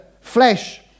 flesh